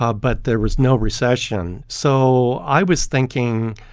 ah but there was no recession. so i was thinking,